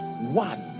One